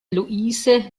luise